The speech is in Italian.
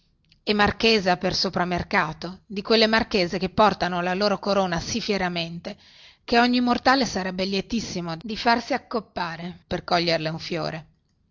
e marchesa per sopramercato di quelle marchese che portano la loro corona sì fieramente che ogni mortale sarebbe lietissimo di farsi accoppare per coglierle un fiore